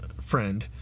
friend